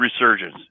resurgence